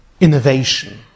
innovation